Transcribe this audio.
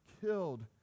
killed